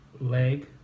Leg